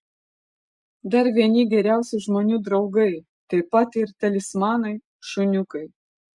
dar vieni geriausi žmonių draugai taip pat ir talismanai šuniukai